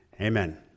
Amen